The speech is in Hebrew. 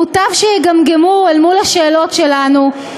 מוטב שיגמגמו אל מול השאלות שלנו,